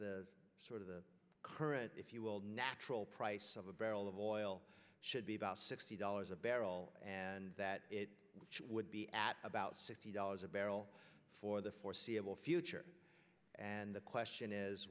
the sort of the current if you will natural price of a barrel of oil should be about sixty dollars a barrel and that it would be at about sixty dollars a barrel for the foreseeable future and the question is